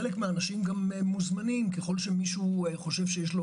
חלק מהאנשים מוזמנים ככל שמישהו חושב שיש לו